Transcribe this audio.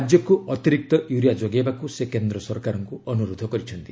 ରାଜ୍ୟକୁ ଅତିରିକ୍ତ ୟୁରିଆ ଯୋଗାଇବାକୁ ସେ କେନ୍ଦ୍ର ସରକାରଙ୍କୁ ଅନୁରୋଧ କରିଛନ୍ତି